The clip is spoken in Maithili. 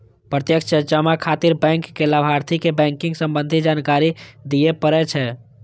प्रत्यक्ष जमा खातिर बैंक कें लाभार्थी के बैंकिंग संबंधी जानकारी दियै पड़ै छै